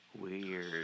Weird